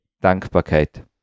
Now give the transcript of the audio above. Dankbarkeit